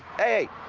hey.